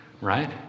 right